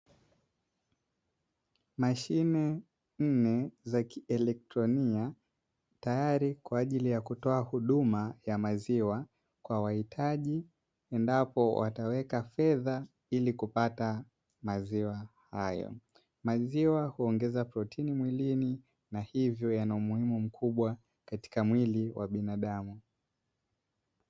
Mashine nne za kieletronia, tayari kwa ajili ya kutoa huduma ya maziwa kwa wahitaji endapo wataweka fedha ili kupata maziwa hayo. Maziwa huongeza protini mwilini na hivyo yana umuhimu mkubwa katika mwili wa binadamu.